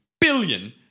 Billion